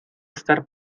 estar